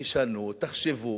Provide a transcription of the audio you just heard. תשנו, תחשבו.